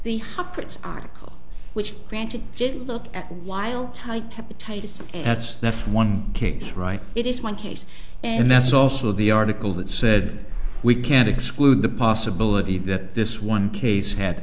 puts article which granted didn't look at while tight capitated so that's that's one case right it is one case and that's also the article that said we can't exclude the possibility that this one case had